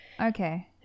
okay